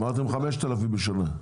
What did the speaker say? אמרתם 5,000 בשנה.